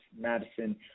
Madison